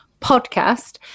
podcast